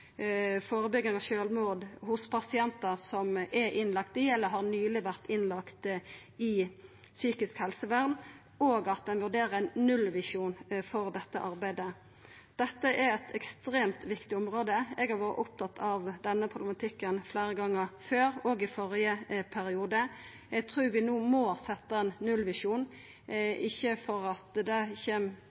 førebygging av sjølvmord blant pasientar som er innlagde i eller som nyleg har vore innlagde i psykisk helsevern, og at ein vurderer ein nullvisjon for dette arbeidet. Dette er eit ekstremt viktig område. Eg har vore opptatt av denne problematikken fleire gonger før, også i førre periode. Eg trur vi no må setja ein nullvisjon – ikkje fordi det ikkje kjem